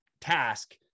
task